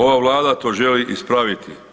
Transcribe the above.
Ova Vlada to želi ispraviti.